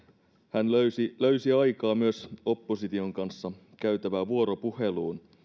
hän löysi löysi aikaa myös opposition kanssa käytävään vuoropuheluun